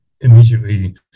immediately